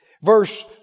Verse